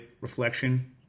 reflection